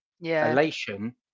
elation